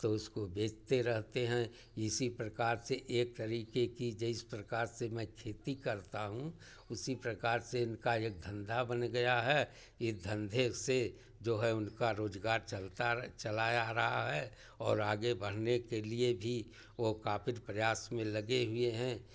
तो उसको बेचते रहते हैं इसी प्रकार से एक तरीक़े की जो इस प्रकार से मैं खेती करता हूँ उसी प्रकार से इनका एक धंधा बन गया है यह धंधे से उनका जो है रोज़गार चलता चला जा रहा है और आगे बढ़ने के लिए भी काफी प्रयास में लगे हुए हैं